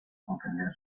comprender